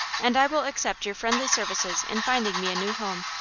and i will accept your friendly services in finding me a new home.